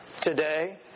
today